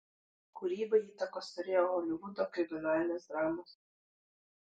kūrybai įtakos turėjo holivudo kriminalinės dramos